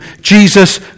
Jesus